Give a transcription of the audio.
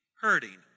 hurting